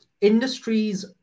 Industries